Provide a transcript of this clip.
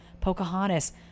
pocahontas